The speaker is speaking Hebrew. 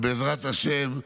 בעזרת השם,